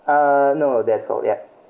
uh no that's all yup